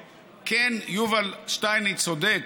שכן, יובל שטייניץ צודק,